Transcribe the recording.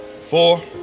four